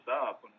up